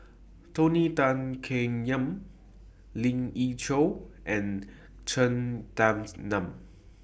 Tony Tan Keng Yam Lien Ying Chow and Cheng Tsang Man